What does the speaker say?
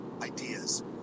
ideas